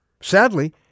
Sadly